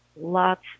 lots